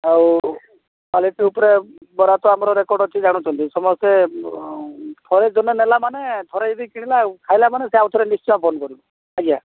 ଆଉ କ୍ଵାଲିଟି ଉପରେ ବରା ତ ଆମର ରେକର୍ଡରେ ଅଛି ଜାଣୁଛନ୍ତି ସମସ୍ତେ ଥରେ ଜଣେ ନେଲା ମାନେ ଥରେ ଯଦି କିଣିଲା ଖାଇଲା ମାନେ ସେ ଆଉଥରେ ନିଶ୍ଚୟ ଫୋନ କରିବ ଆଜ୍ଞା